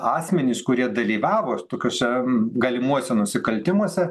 asmenys kurie dalyvavo tokiuose galimuose nusikaltimuose